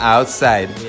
Outside